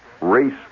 race